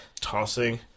tossing